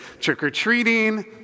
Trick-or-treating